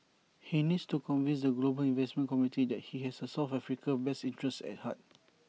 he needs to convince the global investment community that he has south Africa's best interests at heart